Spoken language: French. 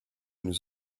nous